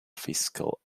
fiscal